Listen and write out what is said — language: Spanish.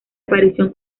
aparición